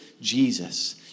Jesus